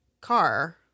car